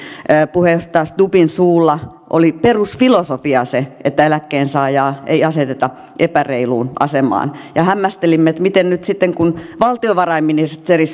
puheenjohtaja stubbin suulla oli perusfilosofia se että eläkkeensaajaa ei aseteta epäreiluun asemaan hämmästelimme että kun valtiovarainministeri